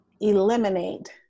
eliminate